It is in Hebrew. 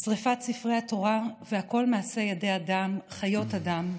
שרפת ספרי התורה, והכול מעשי ידי אדם, חיות אדם.